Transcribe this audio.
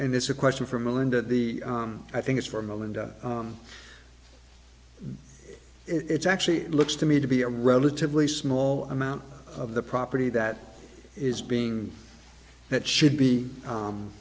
and it's a question for melinda the i think it's for melinda it's actually looks to me to be a relatively small amount of the property that is being that should be